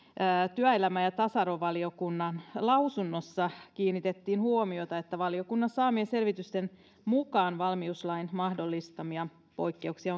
työelämä ja tasa arvovaliokunnan lausunnossa kiinnitettiin huomiota siihen että valiokunnan saamien selvitysten mukaan valmiuslain mahdollistamia poikkeuksia